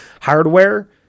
hardware